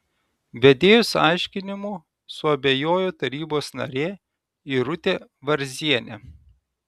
vedėjos aiškinimu suabejojo tarybos narė irutė varzienė